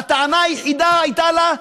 והטענה היחידה שהייתה לה,